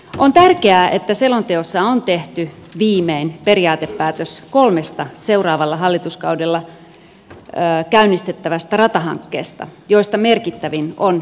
on tärkeää että selonteossa on tehty viimein periaatepäätös kolmesta seuraavalla hallituskaudella käynnistettävästä ratahankkeesta joista merkittävin on pisara rata